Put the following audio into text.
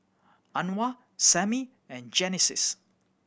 Anwar Sammie and Genesis